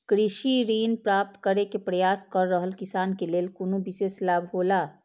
कृषि ऋण प्राप्त करे के प्रयास कर रहल किसान के लेल कुनु विशेष लाभ हौला?